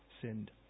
sinned